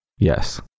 Yes